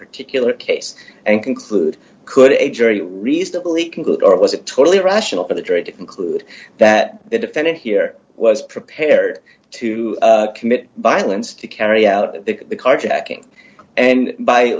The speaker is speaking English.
particular case and conclude could a jury reasonably conclude or was it totally irrational for the trade to include that the defendant here was prepared to commit violence to carry out the carjacking and by